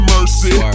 Mercy